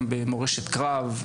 לסיפורים של מורשת קרב,